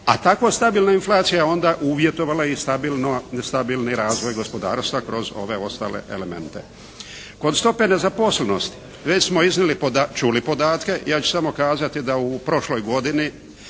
a tako stabilna inflacija je onda uvjetovala i stabilni razvoj gospodarstva kroz ove ostale elemente. Kod stope nezaposlenosti već smo iznijeli, čuli podatke. Ja ću samo kazati da u prošloj godini